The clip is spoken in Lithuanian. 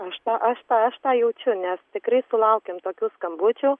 aš tą aš tą aš tą jaučiu nes tikrai sulaukiam tokių skambučių